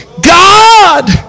God